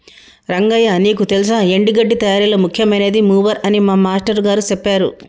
రంగయ్య నీకు తెల్సా ఎండి గడ్డి తయారీలో ముఖ్యమైనది మూవర్ అని మా మాష్టారు గారు సెప్పారు